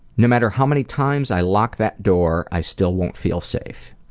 no matter how many times i lock that door, i still won't feel safe.